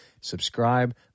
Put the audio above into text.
subscribe